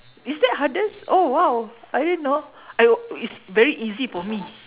is that hardest oh !wow! I didn't know I wi~ it's very easy for me